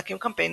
להקים קמפיינים,